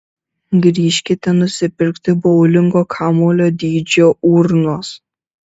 grįžkit nusipirkti boulingo kamuolio dydžio urnos